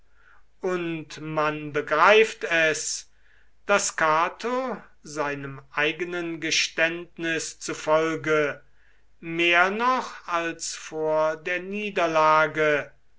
und man begreift es daß cato seinem eigenen geständnis zufolge mehr noch als vor der niederlage